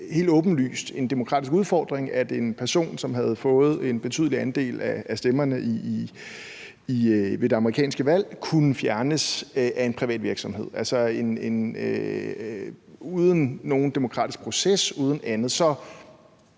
helt åbenlyst en demokratisk udfordring, at en person, som havde fået en betydelig andel af stemmerne ved det amerikanske valg, kunne fjernes af en privat virksomhed, altså uden nogen demokratisk proces og uden andet.